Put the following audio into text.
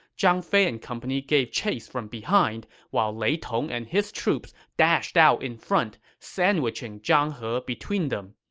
zhang fei and company gave chase from behind, while lei tong and his troops dashed out in front, sandwiching zhang he between them.